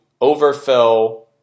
overfill